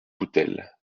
coutel